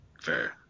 fair